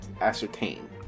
ascertain